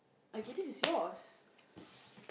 okay this is yours